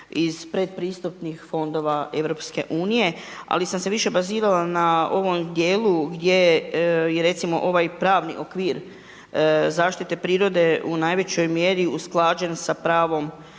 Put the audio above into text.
iz predpristupnih fondova EU, ali sam se više bazirala na ovom dijelu gdje i recimo ovaj pravni okvir zaštite prirode u najvećoj mjeri usklađen sa pravnom